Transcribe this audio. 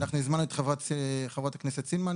אנחנו הזמנו את חברת הכנסת סילמן,